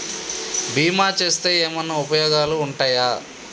బీమా చేస్తే ఏమన్నా ఉపయోగాలు ఉంటయా?